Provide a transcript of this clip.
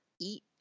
eat